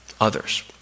Others